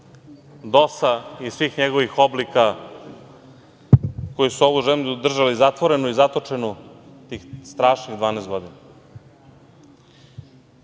DOS-a i svih njegovih oblika koji su ovu zemlju držali zatvorenu i zatočenu tih strašnih 12 godina. To